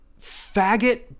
faggot